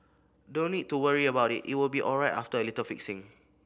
don't need to worry about it it will be alright after a little fixing